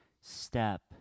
step